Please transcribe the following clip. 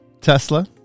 Tesla